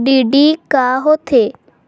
DD का होथे?